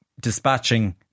dispatching